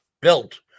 built